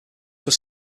were